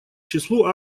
числу